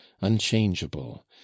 unchangeable